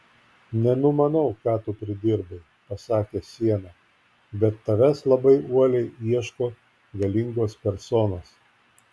nenumanau ką tu pridirbai pasakė siena bet tavęs labai uoliai ieško galingos personos